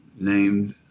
named